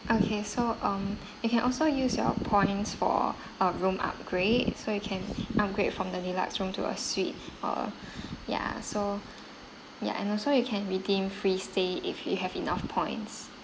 okay so um you can also use your points for a room upgrade so you can upgrade from the deluxe room to a suite or ya so ya and also you can redeem free stay if you have enough points